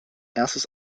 erstes